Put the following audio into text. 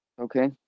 Okay